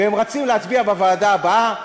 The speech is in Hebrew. והם רצים להצביע בוועדה הבאה,